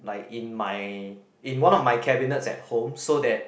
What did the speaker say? like in my in one of my cabinets at home so that